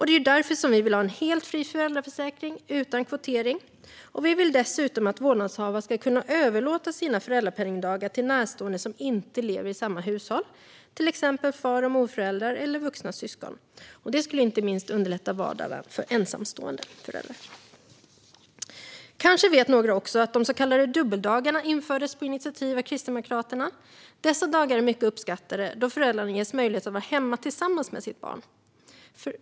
Det är därför vi vill ha en helt fri föräldraförsäkring utan kvotering. Vi vill dessutom att vårdnadshavare ska kunna överlåta sina föräldrapenningdagar till närstående som inte lever i samma hushåll, till exempel far och morföräldrar eller vuxna syskon. Inte minst skulle detta underlätta vardagen för ensamstående föräldrar. Kanske vet några också att de så kallade dubbeldagarna infördes på initiativ av Kristdemokraterna. Dessa dagar är mycket uppskattade, eftersom föräldrarna ges möjlighet att vara hemma tillsammans med sitt barn.